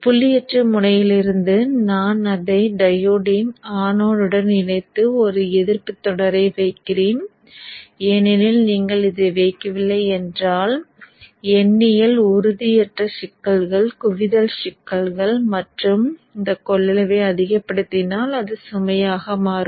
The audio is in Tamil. புள்ளியற்ற முனையிலிருந்து நான் அதை டையோடின் அனோடுடன் இணைத்து ஒரு எதிர்ப்புத் தொடரை வைக்கிறேன் ஏனெனில் நீங்கள் இதை வைக்கவில்லை என்றால் எண்ணியல் உறுதியற்ற சிக்கல்கள் குவிதல் சிக்கல்கள் மற்றும் இந்த கொள்ளளவை அதிகப்படுத்தினால் இது சுமையாகும்